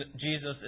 Jesus